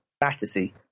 Battersea